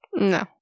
No